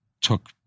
took